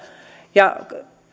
ja